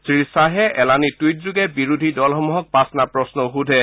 শ্ৰীয়াহে এলানি টুইটযোগে বিৰোধী দলসমূহক পাঁচটা প্ৰশ্নও সোধে